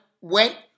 went